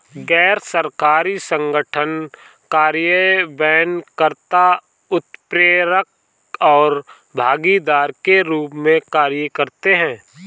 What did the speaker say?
गैर सरकारी संगठन कार्यान्वयन कर्ता, उत्प्रेरक और भागीदार के रूप में कार्य करते हैं